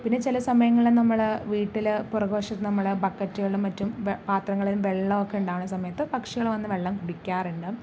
പിന്നെ ചില സമയങ്ങളില് നമ്മള് വീട്ടില് പിറകുവശത്ത് നമ്മള് ബക്കറ്റുകളും മറ്റും പാത്രങ്ങളിൽ വെള്ളമൊക്കെ ഉണ്ടാകണ സമയത്ത് പക്ഷികള് വന്ന് വെള്ളം കുടിക്കാറുണ്ട്